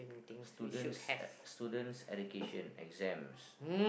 students e~ students education exams